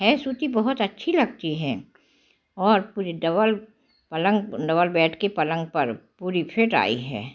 है सूती बहुत अच्छी लगती है और पूरी डबल पलंग डबल बेड की पलंग पर पूरी फिट आई है